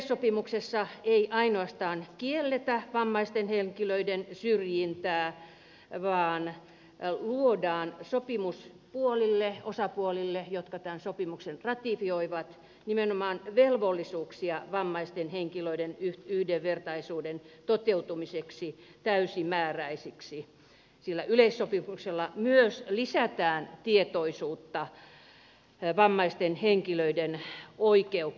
yleissopimuksessa ei ainoastaan kielletä vammaisten henkilöiden syrjintää vaan luodaan sopimusosapuolille jotka tämän sopimuksen ratifioivat nimenomaan velvollisuuksia vammaisten henkilöiden yhdenvertaisuuden toteuttamiseksi täysimääräisesti sillä yleissopimuksella myös lisätään tietoisuutta vammaisten henkilöiden oikeuksista